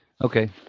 Okay